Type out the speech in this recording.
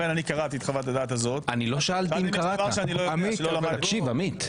זאת לקבל מהם גם מימון להוצאות רפואיות ומשפטיות,